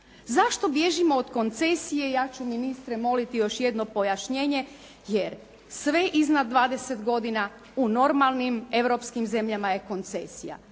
Zašto bježimo od koncesije, ja ću ministre moliti još jedno pojašnjenje jer sve iznad 20 godina u normalnim europskim zemljama je koncesija.